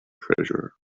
treasure